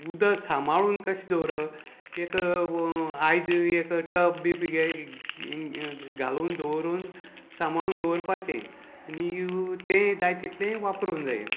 उदक सांबाळून कशें दवरप एक आयद एक टब बी घालून दवरून सांबाळून दवरपाचें आनी तें जाय तितलें वापरूंक जाय